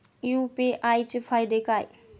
UPI चे फायदे काय?